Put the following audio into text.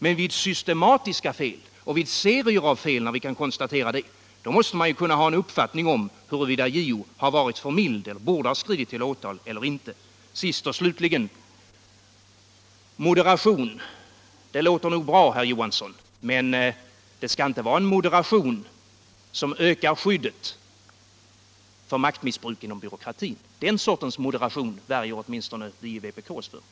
Men när vi kan konstatera systematiska fel och serier av fel måste vi kunna ha en uppfattning om huruvida JO varit för mild, huruvida han borde ha skridit till åtal eller inte. Sist och slutligen: Moderation låter bra, herr Johansson, men det skall inte vara en moderation som ökar skyddet för maktmissbruk inom demokratin. Den sortens moderation värjer åtminstone vi i vpk oss mot.